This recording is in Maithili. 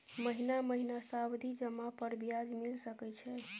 महीना महीना सावधि जमा पर ब्याज मिल सके छै?